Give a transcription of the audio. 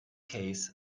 case